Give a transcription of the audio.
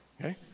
okay